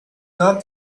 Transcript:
not